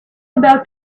about